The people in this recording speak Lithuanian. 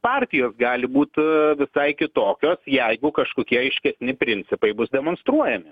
partijos gali būt visai kitokios jeigu kažkokie aiškesni principai bus demonstruojami